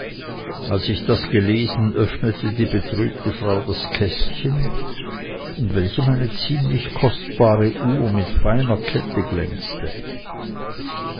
als ich das gelesen öffnete die betrübte frau das kästchen in welchem eine ziemlich kostbare uhr mit feiner kette glänzte